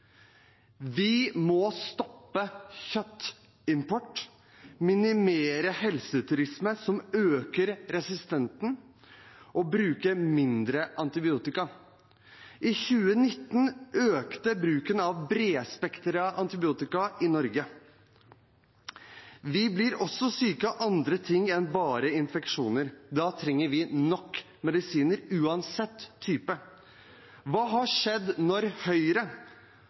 Vi må stoppe kjøttimport, minimere helseturisme som øker resistensen, og bruke mindre antibiotika. I 2019 økte bruken av bredspektret antibiotika i Norge. Vi blir syke av andre ting enn bare infeksjoner, og da trenger vi nok medisiner, uansett type. Hva har skjedd når Høyre